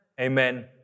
amen